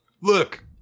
look